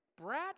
brat